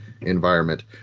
environment